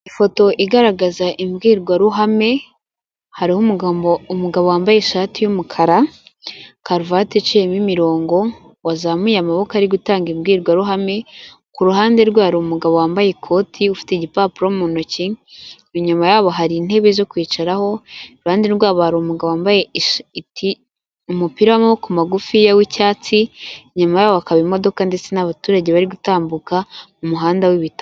Ifoto igaragaza imbwirwaruhame hariho umugabo umugabo wambaye ishati y y'umukara, karuvati iciyemo imirongo wazamuye amaboko, ari gutanga imbwirwaruhame ku ruhande rwe hari umugabo wambaye ikoti ufite igipapuro mu ntoki, inyuma yabo hari intebe zo kwicaraho, iruhande rwabo hariru umugabo wambaye umupira w'amaboko ku magufiya w'icyatsi, inyuma yabo hari imodoka ndetse n'abaturage bari gutambuka mu muhanda wi'ibitaka.